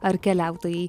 ar keliautojai